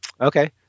okay